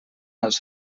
els